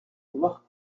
roi